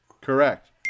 Correct